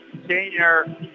senior